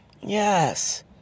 Yes